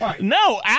No